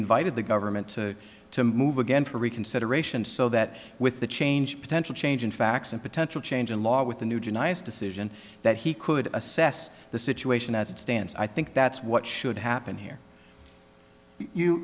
invited the government to to move again for reconsideration so that with the change potential change in facts and potential change in law with the new tonights decision that he could assess the situation as it stands i think that's what should happen here you